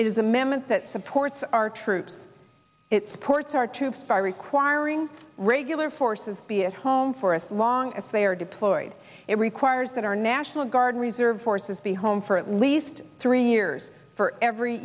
is amendment that supports our troops it supports our too far requiring regular forces be at home for as long as they are deployed it requires that our national guard reserve forces be home for at least three years for every